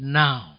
now